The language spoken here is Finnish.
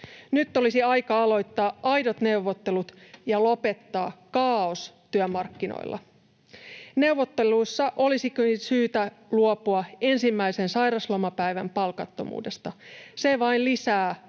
Nyt olisi aika aloittaa aidot neuvottelut ja lopettaa kaaos työmarkkinoilla. Neuvotteluissa olisi syytä luopua ensimmäisen sairauslomapäivän palkattomuudesta. Se vain lisää